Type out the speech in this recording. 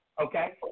okay